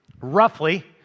roughly